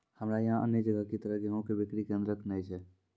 हमरा यहाँ अन्य जगह की तरह गेहूँ के बिक्री केन्द्रऽक नैय छैय?